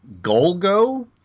Golgo